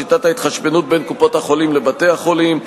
שיטת ההתחשבנות בין קופות-החולים לבתי-החולים,